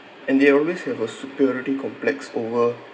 and they always have a superiority complex over